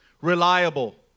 reliable